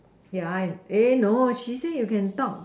yeah no she say you can talk